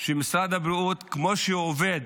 שמשרד הבריאות, כמו שהוא עובד